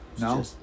No